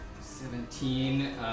Seventeen